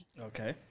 okay